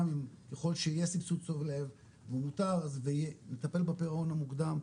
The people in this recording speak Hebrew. גם ככל שיהיה סבסוד צולב ונטפל בפירעון המוקדם,